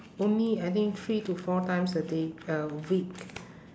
only I think three to four times a day a week